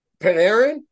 Panarin